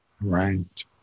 right